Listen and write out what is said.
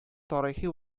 тарихи